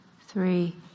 three